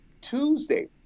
Tuesday